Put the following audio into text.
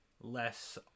less